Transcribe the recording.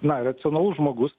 na racionalus žmogus